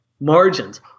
margins